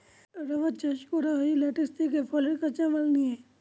rubber চাষ করা হয় ল্যাটেক্স থেকে ফলের কাঁচা মাল নিয়ে